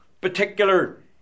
particular